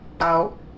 out